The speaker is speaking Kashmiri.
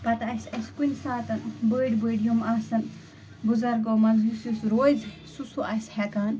پتہٕ آسہِ اَسہِ کُنہِ ساتہٕ بٔڑۍ بٔڑۍ یِم آسن بُزرگو منٛز یُس یُس روزِ سُہ سُہ آسہِ ہٮ۪کان